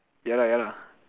ya lah ya lah